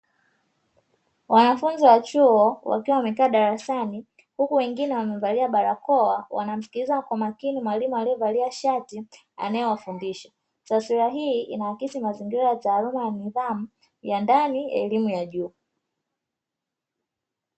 Wanafunzi wa chuo wakiwa wamekaa darasani, huku wengine wamevalia barakoa wanamsikiliza kwa makini mwalimu aliyevalia shati anayewafundisha. Taswira hii inaakisi mazingira ya taaluma ya nidhamu ya ndani ya elimu ya juu.